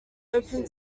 open